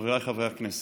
חבריי חברי הכנסת,